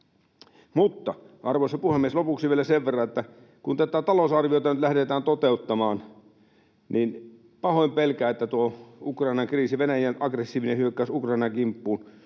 Mutta, arvoisa puhemies, lopuksi vielä sen verran, että kun tätä talousarviota nyt lähdetään toteuttamaan, niin pahoin pelkään, että tuo Ukrainan kriisi, Venäjän aggressiivinen hyökkäys Ukrainan kimppuun,